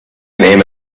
name